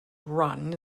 rotten